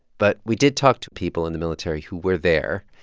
but we did talk to people in the military who were there.